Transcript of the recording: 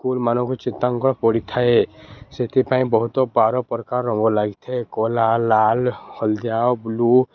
ସ୍କୁଲ୍ମାନଙ୍କୁ ଚିତ୍ରାଙ୍କନ ପଡ଼ିଥାଏ ସେଥିପାଇଁ ବହୁତ ବାର ପ୍ରକାର ରଙ୍ଗ ଲାଗିଥାଏ କଳା ଲାଲ ହଳଦିଆ ବ୍ଲୁ